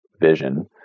vision